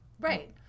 Right